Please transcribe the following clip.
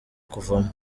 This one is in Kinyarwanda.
kuvamo